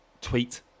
tweet